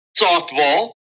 softball